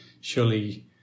surely